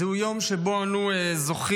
זהו יום שבו אנו זוכרים